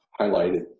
highlighted